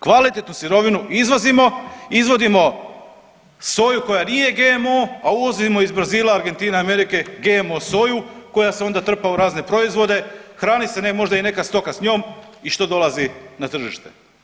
Kvalitetnu sirovinu izvozimo, izvodimo soju koja nije GMO, a uvozimo iz Brazila, Argentine, Amerike GMO soju koja se onda trpa u razne proizvode, hrani se možda i neka stoka s njom i što dolazi na tržište?